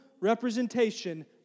representation